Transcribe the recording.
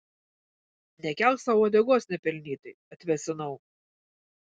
nekelk sau uodegos nepelnytai atvėsinau